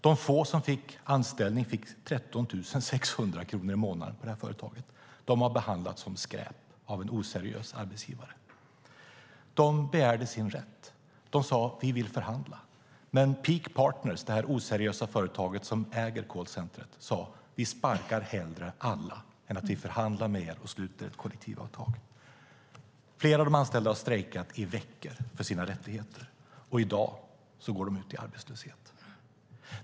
De få som fick anställning fick 13 600 kronor i månaden från företaget. De har behandlats som skräp av en oseriös arbetsgivare. De begärde sin rätt. De sade: Vi vill förhandla. Men Peak Partners, det oseriösa företag som äger callcentret, sade: Vi sparkar hellre alla än att vi förhandlar med er och sluter kollektivavtal. Flera av de anställda har strejkat i veckor för sina rättigheter, och i dag går de ut i arbetslöshet.